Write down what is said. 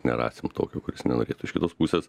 nerasim tokio kuris nenorėtų iš kitos pusės